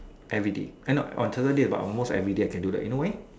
everyday uh not on Saturday but almost everyday I can do that you know why